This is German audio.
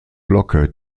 glocke